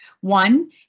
one